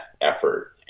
effort